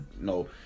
no